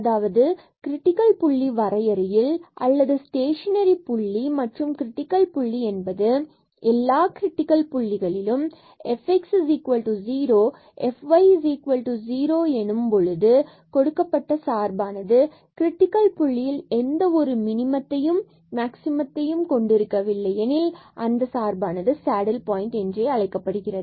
அதாவது கிரிடிக்கல் புள்ளி வரையறையில் அல்லது ஸ்டேஷனரி புள்ளி மற்றும் கிரிட்டிக்கல் புள்ளி என்பது எல்லா கிரிட்டிக்கல் புள்ளிகளிலும் fx0 fy0 எனும் போது கொடுக்கப்பட்ட சார்பானது கிரிட்டிக்கல் புள்ளியில் எந்த ஒரு மினிமத்தையும் அல்லது மார்க்சிமத்தையும் கொண்டிருக்கவில்லை எனில் அந்த சார்பானது சேடில் பாயின்ட் என்றழைக்கப்படுகிறது